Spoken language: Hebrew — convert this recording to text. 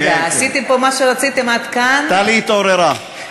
עשיתם פה מה שרציתם עד כאן, טלי התעוררה.